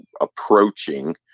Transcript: approaching